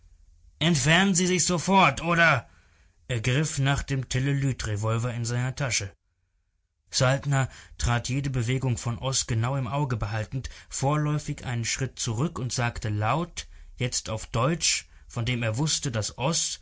entfernen sie sich sofort oder er griff nach dem telelytrevolver in seiner tasche saltner trat jede bewegung von oß genau im auge behaltend vorläufig einen schritt zurück und sagte laut jetzt auf deutsch von dem er wußte daß